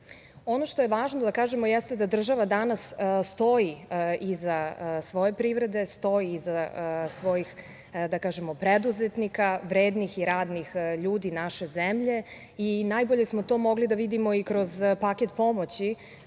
što je važno da kažemo jeste, da država danas stoji iza svoje privrede, stoji iza svojih, da kažemo, preduzetnika, vrednih i radnih ljudi naše zemlje, i najbolje smo to mogli da vidimo i kroz paket pomoći